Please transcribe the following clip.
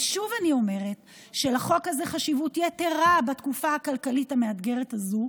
ושוב אני אומרת שלחוק הזה חשיבות יתרה בתקופה הכלכלית המאתגרת הזו,